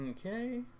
Okay